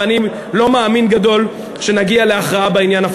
ואני לא מאמין גדול שנגיע להכרעה בעניין,